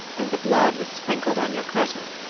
and the blood was sprinkled on your kirtle,